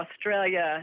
Australia